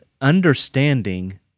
understanding